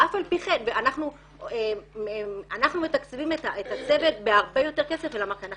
ואף על פי כן אנחנו מתקצבים את הצוות בהרבה יותר כסף כי אנחנו